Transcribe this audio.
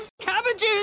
Cabbages